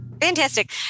Fantastic